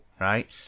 right